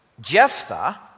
Jephthah